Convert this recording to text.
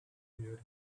hear